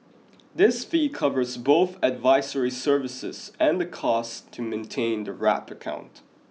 this fee covers both advisory services and the costs to maintain the wrap account